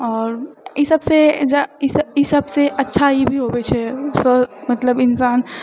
आओर ई सभसँ जँ ई सभ ई सभसँ अच्छा ई भी होबे छै सो मतलब इन्सान